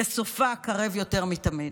וסופה קרב יותר מתמיד.